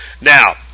Now